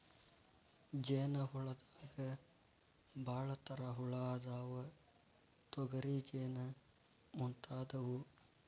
ಜೇನ ಹುಳದಾಗ ಭಾಳ ತರಾ ಹುಳಾ ಅದಾವ, ತೊಗರಿ ಜೇನ ಮುಂತಾದವು